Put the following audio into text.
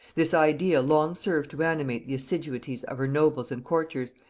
this idea long served to animate the assiduities of her nobles and courtiers,